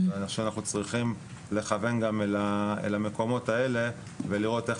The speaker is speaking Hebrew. אני חושב שאנחנו צריכים לכוון גם למקומות האלה ולראות איך